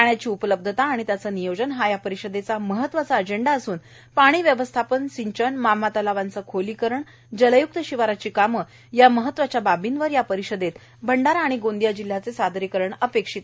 पाण्याची उपलब्धता आणि त्याचे नियोजन हा या परिषदेचा महत्वाचा अजेंडा असून पाणी व्यवस्थापन सिंचन मामा तलावाचे खोलीकरण जलयुक्त शिवाराची कामं या महत्वाच्या बाबींवर या परिषदेत भंडारा आणि गोंदिया जिल्ह्याचे सादरीकरण अपेक्षित आहे